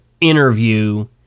interview